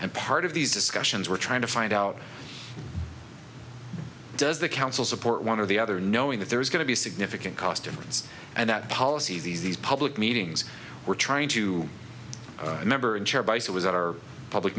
and part of these discussions we're trying to find out does the council support one or the other knowing that there's going to be significant cost difference and that policy these public meetings we're trying to remember and chaired by so was our public